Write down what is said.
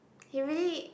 he really